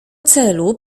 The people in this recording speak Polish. celu